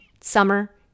summer